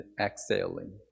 exhaling